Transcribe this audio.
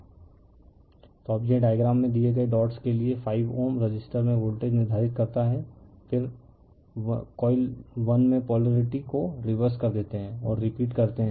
refer slide time 3349 तो अब यह डायग्राम में दिए गए डॉट्स के लिए 5Ω रेसिस्टर में वोल्टेज निर्धारित करता है फिर कॉइल 1 में पोलरिटी को रिवर्स कर देते है और रिपीट करते है